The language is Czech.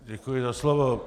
Děkuji za slovo.